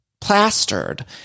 plastered